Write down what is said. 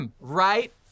Right